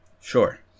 Sure